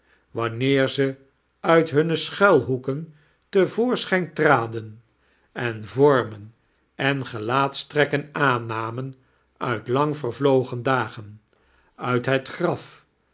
wanneer ze uit hunne schuilhoeken te voorschijn traden en vormen en gelaatefcrekken aanioamea uit lang vervlogen dagen uit het graf